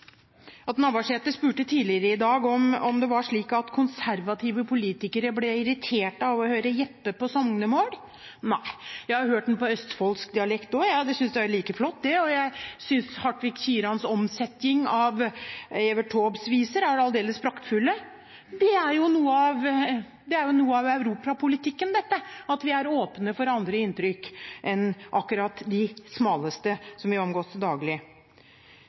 Navarsete spurte tidligere i dag om det var slik at konservative politikere ble irritert av å høre Jeppe på sognemål. Nei, jeg har hørt Jeppe på østfolddialekt også – jeg synes det er like flott. Og jeg synes Hartvig Kirans «omsetjing» av Evert Taubes viser er aldeles praktfull. Dette er jo noe av europapolitikken: at vi er åpne for andre inntrykk enn akkurat de smaleste, som vi får daglig.